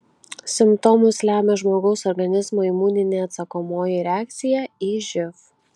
simptomus lemia žmogaus organizmo imuninė atsakomoji reakcija į živ